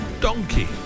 donkey